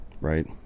right